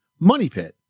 MONEYPIT